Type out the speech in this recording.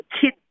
kids